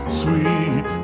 sweet